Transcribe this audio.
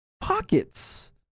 Pockets